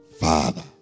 Father